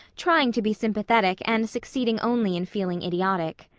trying to be sympathetic and succeeding only in feeling idiotic.